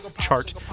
chart